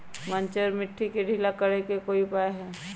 बंजर मिट्टी के ढीला करेके कोई उपाय है का?